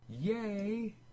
Yay